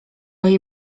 jej